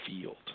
field